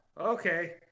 Okay